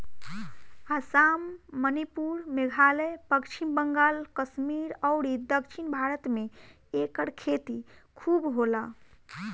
आसाम, मणिपुर, मेघालय, पश्चिम बंगाल, कश्मीर अउरी दक्षिण भारत में एकर खेती खूब होला